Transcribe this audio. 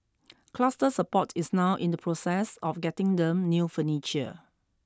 cluster support is now in the process of getting them new furniture